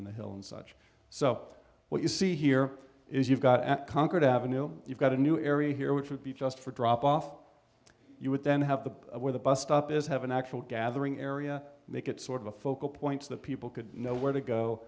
in the hill and such so what you see here is you've got concord avenue you've got a new area here which would be just for drop off you would then have the where the bus stop is have an actual gathering area make it sort of a focal point to the people could know where to go